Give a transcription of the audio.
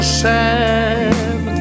sad